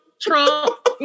Trump